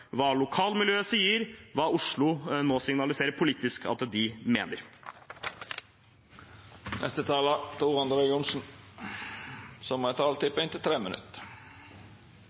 hva lokalmiljøet sier, og hva Oslo nå politisk signaliserer at de